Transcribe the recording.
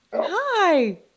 Hi